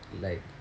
like